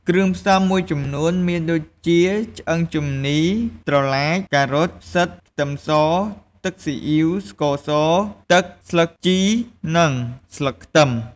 គ្រឿងផ្សំមួយចំនួនមានដូចជាឆ្អឹងជំនី ត្រឡាច ការ៉ុត ផ្សិត ខ្ទឹមស ទឹកស៊ីអ៉ីវ ស្ករស ទឹក ស្លឹកជីនិងស្លឹកខ្ទឹម។